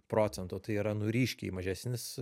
procento tai yra nu ryškiai mažesnis